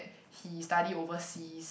he study overseas